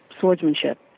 swordsmanship